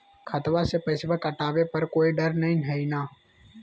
खतबा से पैसबा कटाबे पर कोइ डर नय हय ना?